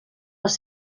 les